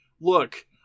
Look